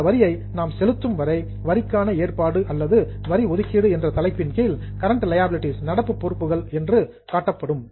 அந்த வரியை நாம் செலுத்தும் வரை வரிக்கான ஏற்பாடு அல்லது வரி ஒதுக்கீடு என்ற தலைப்பின் கீழ் கரெண்ட் லியாபிலிடீஸ் நடப்பு பொறுப்புகள் என்று காட்டப்படும்